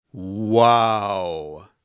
Wow